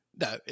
No